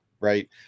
right